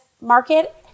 market